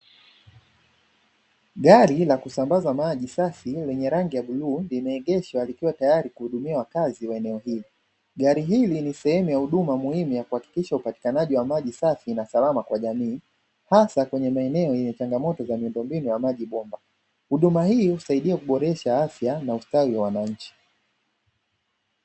Gari la kusambaza maji safi lenye rangi ya bluu limeegeshwa likiwa tayari kuhudumia wakazi wa eneo hili; gari hili ni sehemu muhimu ya kuhakikisha upatikanaji wa maji safi na salama kwa jamii hasa kwenye maeneo yenye changamoto za miundombinu ya maji bomba; huduma hii husaidia kuongeza afya na ustawi wa wananchi.